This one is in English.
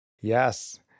Yes